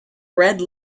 red